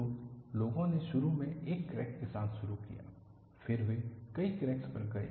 तो लोगों ने शुरू में एक क्रैक के साथ शुरू किया फिर वे कई क्रैक्स पर गए